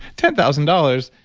ten thousand dollars.